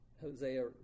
Hosea